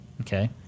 Okay